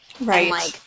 Right